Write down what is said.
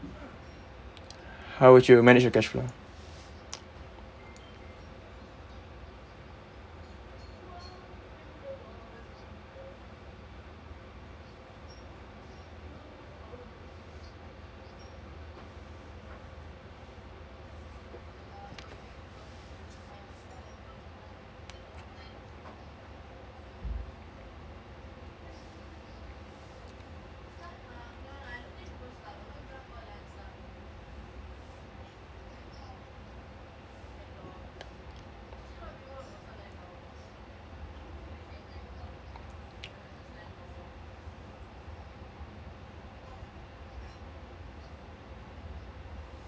how would you manage your cash flow